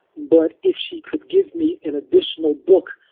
but if she could give me an additional book,